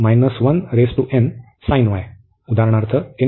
उदाहरणार्थ आहे